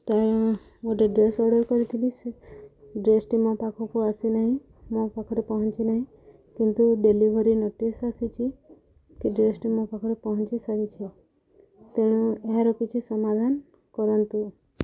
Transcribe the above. ମୁଁ ଗୋଟେ dress order କରିଥିଲି ସେ ଡ୍ରେସ୍ଟି ମୋ ପାଖକୁ ଆସିନାହିଁ ମୋ ପାଖରେ ପହଞ୍ଚି ନାହିଁ କିନ୍ତୁ ଡେଲିଭରି ନୋଟିସ୍ ଆସିଛି କି ଡ୍ରେସ୍ଟି ମୋ ପାଖରେ ପହଞ୍ଚି ସାରିଛି ତେଣୁ ଏହାର କିଛି ସମାଧାନ କରନ୍ତୁ